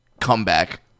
comeback